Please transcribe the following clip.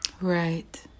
Right